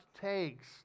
takes